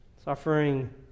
Suffering